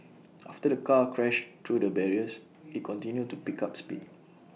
after the car crashed through the barriers IT continued to pick up speed